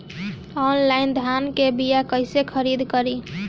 Online धान के बीया कइसे खरीद करी?